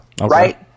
right